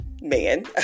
man